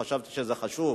חשבתי שזה חשוב.